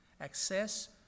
access